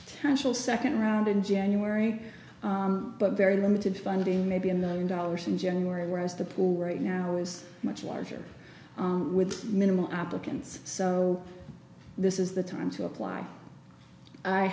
national second round in january but very limited funding maybe a million dollars in january whereas the pool right now is much larger with minimal applicants so this is the time to apply i